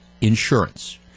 insurance